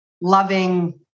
loving